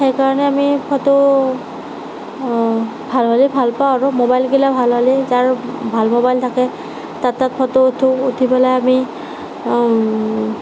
সেইকাৰণে আমি ফটো ভাল হ'লি ভালপাওঁ আৰু মোবাইলগিলা ভাল হ'লে যাৰ ভাল মোবাইল থাকে তাৰ তাত ফটো উঠোঁ উঠি পেলাই আমি